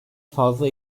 fazla